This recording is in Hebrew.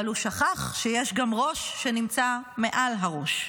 אבל הוא שכח שיש גם ראש שנמצא מעל הראש,